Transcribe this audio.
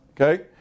Okay